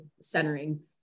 centering